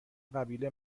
قبیله